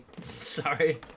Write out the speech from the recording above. Sorry